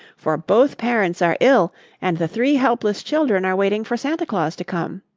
for both parents are ill and the three helpless children are waiting for santa claus to come,